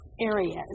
areas